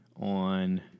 on